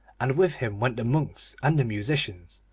and with him went the monks and the musicians,